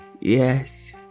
Yes